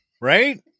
Right